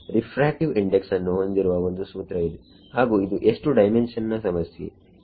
refractive index ಅನ್ನು ಹೊಂದಿರುವ ಒಂದು ಸೂತ್ರ ಇದೆ ಹಾಗು ಇದು ಎಷ್ಟು ಡೈಮೆನ್ಷನ್ ನ ಸಮಸ್ಯೆ